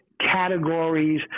categories